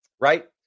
right